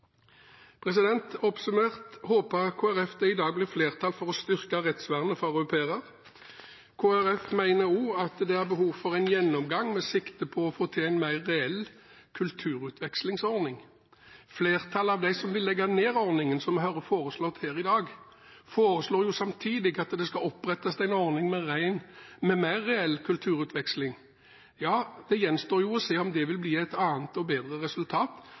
Oppsummert håper Kristelig Folkeparti det i dag blir flertall for å styrke rettsvernet for au pairer. Kristelig Folkeparti mener også at det er behov for en gjennomgang med sikte på å få til en mer reell kulturutvekslingsordning. Flertallet av dem som vil legge ned ordningen, som er foreslått her i dag, foreslår jo samtidig at det skal opprettes en ordning med mer reell kulturutveksling. Ja, det gjenstår å se om det vil bli et annet og bedre resultat.